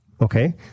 okay